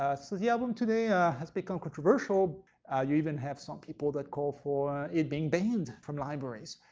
ah so the album today ah has become controversial you even have some people that call for it being banned from libraries.